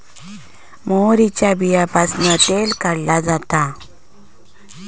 मोहरीच्या बीयांपासना तेल काढला जाता